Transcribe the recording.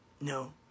no